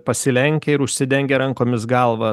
pasilenkia ir užsidengia rankomis galvą